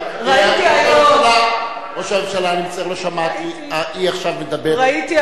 ראש הממשלה, אני מצטער, לא שמעתי.